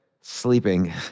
sleeping